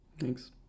Thanks